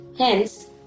Hence